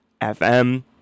FM